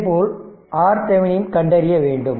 இதேபோல் RThevenin கண்டறிய வேண்டும்